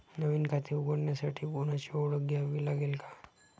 नवीन खाते उघडण्यासाठी कोणाची ओळख द्यावी लागेल का?